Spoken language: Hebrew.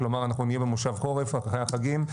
כלומר אנחנו נהיה במושב חורף רק אחרי החגים,